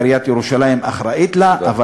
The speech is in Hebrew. ועיריית ירושלים אחראית לה.